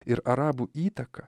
ir arabų įtaka